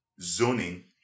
zoning